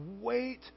wait